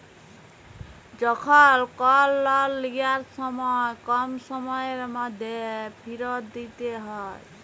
যখল কল লল লিয়ার সময় কম সময়ের ম্যধে ফিরত দিইতে হ্যয়